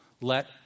Let